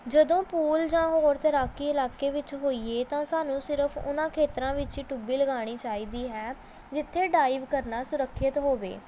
ਜਦੋਂ ਪੂਲ ਜਾਂ ਹੋਰ ਤੈਰਾਕੀ ਇਲਾਕੇ ਵਿੱਚ ਹੋਈਏ ਤਾਂ ਸਾਨੂੰ ਸਿਰਫ਼ ਉਹਨਾਂ ਖੇਤਰਾਂ ਵਿੱਚ ਚੁੱਭੀ ਲਗਾਉਣੀ ਚਾਹੀਦੀ ਹੈ ਜਿੱਥੇ ਡਾਈਵ ਕਰਨਾ ਸੁਰੱਖਿਅਤ ਹੋਵੇ